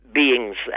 beings